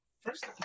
first